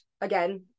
Again